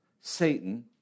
Satan